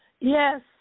Yes